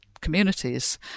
communities